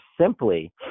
simply